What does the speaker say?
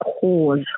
cause